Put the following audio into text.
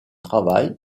travail